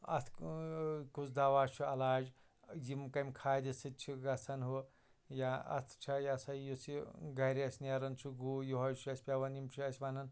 اَتھ کُس دوہ چھُ علاج یِم کَمہِ کھادِ سۭتۍ چھِ گژھان ہُہ یا اَتھ چھا یہِ سا یہِ یُس یہِ گرِ اَسہِ نیران چھُ گُہہ یِہوٚے چھُ اَسہِ پٮ۪وان یِم چھِ أسۍ وَنان